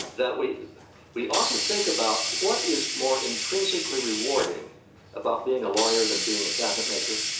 that we we ought to think about what is more intrinsically rewarding about being a lawyer than being a cabinetmaker?